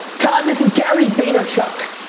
todd, this is gary vaynerchuk.